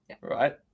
right